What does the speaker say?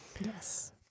Yes